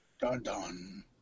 Dun-dun